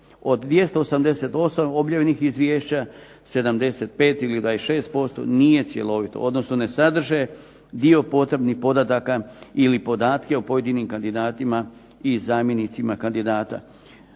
Od 288 objavljenih izvješća 75 ili 26% nije cjelovito, odnosno ne sadrže dio podataka ili podatke o pojedinim kandidatima i zamjenicima kandidata.